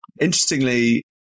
interestingly